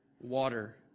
water